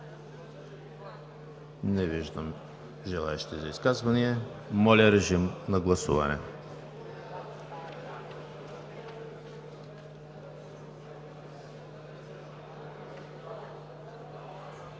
Не виждам желаещи за изказвания. Моля, режим на гласуване.